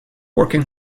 working